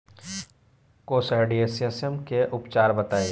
Coccidiosis के उपचार बताई?